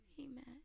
Amen